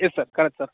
yes sir correct sir